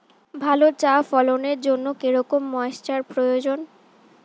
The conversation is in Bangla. ভালো চা ফলনের জন্য কেরম ময়স্চার প্রয়োজন?